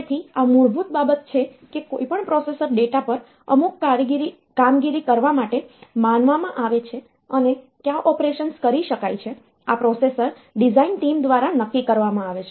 તેથી આ મૂળભૂત બાબત છે કે કોઈપણ પ્રોસેસર ડેટા પર અમુક કામગીરી કરવા માટે માનવામાં આવે છે અને કયા ઓપરેશન્સ કરી શકાય છે આ પ્રોસેસર ડિઝાઇન ટીમ દ્વારા નક્કી કરવામાં આવે છે